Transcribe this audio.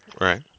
Right